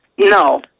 No